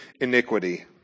iniquity